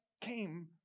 came